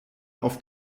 auf